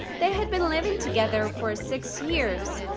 they had been living together for six years.